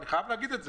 אני חייב להגיד את זה,